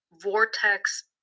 vortex